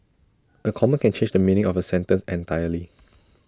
A comma can change the meaning of A sentence entirely